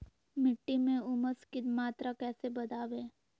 मिट्टी में ऊमस की मात्रा कैसे बदाबे?